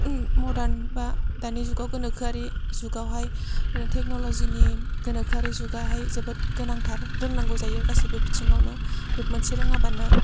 modern बा दानि जुगआव गोनोखोयारि जुगआवहाय टेकनल'जि नि गोनोखोयारि जुगआहाय जोबोर गोनांथार रोंनांगौ जायो गासिबो बिथिङावनो मोनसे रोङाबानो